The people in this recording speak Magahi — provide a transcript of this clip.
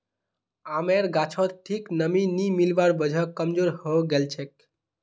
आमेर गाछोत ठीक नमीं नी मिलवार वजह कमजोर हैं गेलछेक